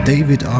David